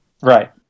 Right